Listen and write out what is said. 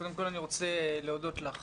קודם כל אני רוצה להודות לך